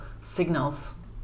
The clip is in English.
signals